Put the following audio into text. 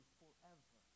forever